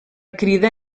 crida